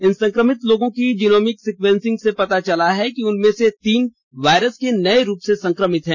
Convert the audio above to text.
इन संक्रमित लोगों की जीनोमिक सीक्वेंसिंग से पता चला कि उनमें से तीन वायरस के नए रूप से संक्रमित हैं